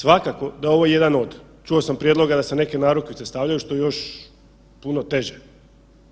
Svakako da je ovo jedan od, čuo sam prijedloga da se neke narukvice stavljaju, što je još puno teže,